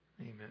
Amen